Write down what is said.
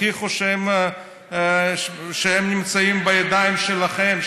תוכיחו שהם נמצאים בידיים שלכם,